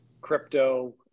crypto